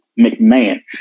McMahon